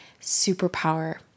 superpower